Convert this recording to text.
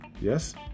Yes